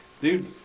Dude